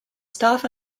staff